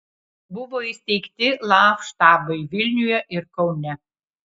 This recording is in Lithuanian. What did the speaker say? buvo įsteigti laf štabai vilniuje ir kaune